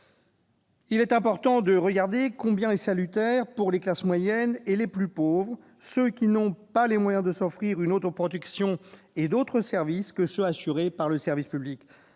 Il est important de considérer combien la dette est salutaire pour les classes moyennes et les plus pauvres, pour ceux qui n'ont pas les moyens de s'offrir une autre protection et d'autres services que ceux qui sont assurés par le service public.